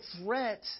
threat